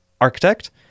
architect